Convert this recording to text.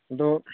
ꯑꯗꯣ